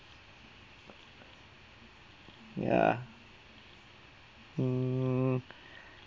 ya mm